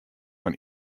fan